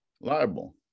liable